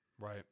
right